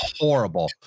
horrible